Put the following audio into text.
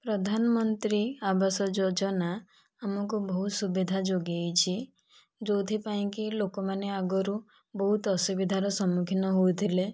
ପ୍ରଧାନମନ୍ତ୍ରୀ ଆବାସ ଯୋଜନା ଆମକୁ ବହୁ ସୁବିଧା ଯୋଗାଇଛି ଯେଉଁଥି ପାଇଁ କି ଲୋକ ମାନେ ଆଗରୁ ବହୁତ ଅସୁବିଧା ର ସମ୍ମୁଖୀନ ହେଉଥିଲେ